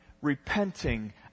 repenting